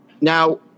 Now